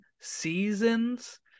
seasons